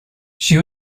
she